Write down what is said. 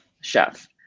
chef